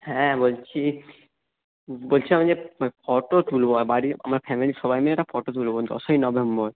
হ্যাঁ বলছি বলছি আমি যে ফটো তুলব বাড়ির আমার ফ্যামিলির সবাই মিলে ফটো তুলব দশই নভেম্বর